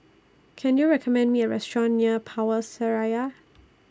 Can YOU recommend Me A Restaurant near Power Seraya